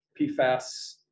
PFAS